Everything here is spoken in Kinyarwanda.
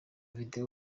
video